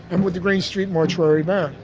i'm with the grant street mortuary band.